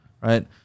right